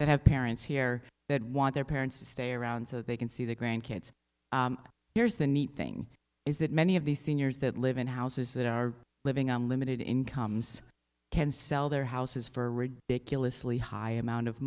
that have parents here that want their parents to stay around so they can see their grandkids here's the neat thing is that many of the seniors that live in houses that are living on limited incomes can sell their houses for ridiculously high amount of